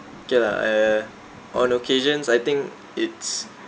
K lah uh on occasions I think it's